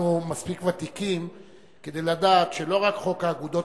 אנחנו מספיק ותיקים כדי לדעת שלא רק חוק האגודות